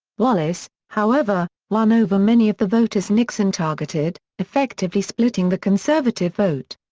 wallace, however, won over many of the voters nixon targeted, effectively splitting the conservative vote.